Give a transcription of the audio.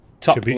Top